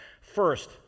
First